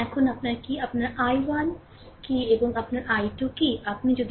এখন আপনার কি আপনার i 1 কি এবং আপনার i 2 কি